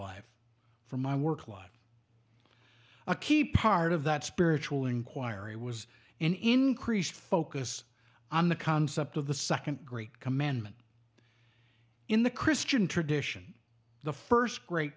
life from my work life a key part of that spiritual inquiry was an increased focus on the concept of the second great commandment in the christian tradition the first gr